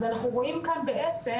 אז אנחנו רואים כאן בעצם,